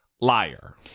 liar